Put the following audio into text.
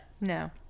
No